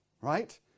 right